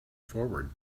forward